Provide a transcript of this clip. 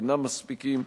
אינם מספיקים,